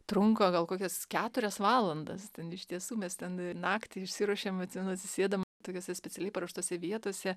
trunka gal kokias keturias valandas ten iš tiesų mes ten naktį išsiruošėm atsimenu atsisėdom tokiose specialiai paruoštose vietose